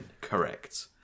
correct